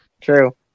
true